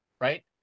right